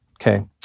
okay